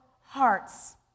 hearts